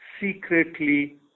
secretly